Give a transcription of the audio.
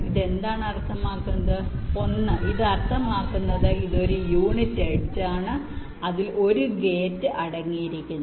ഇത് എന്താണ് അർത്ഥമാക്കുന്നത് 1 ഇത് അർത്ഥമാക്കുന്നത് ഇത് ഒരു യൂണിറ്റ് എഡ്ജ് ആണ് അതിൽ 1 ഗേറ്റ് അടങ്ങിയിരിക്കുന്നു